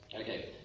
Okay